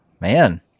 Man